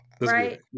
Right